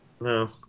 No